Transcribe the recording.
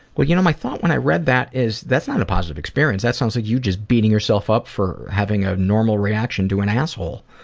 well you know my thought when i read that is, that is not a positive experience, that sounds like you just beating yourself up for having a normal reaction to an asshole.